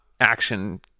action